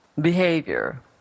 behavior